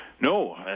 No